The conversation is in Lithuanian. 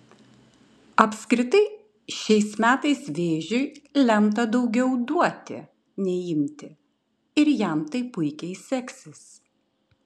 apskritai šiais metais vėžiui lemta daugiau duoti nei imti ir jam tai puikiai seksis